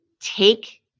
take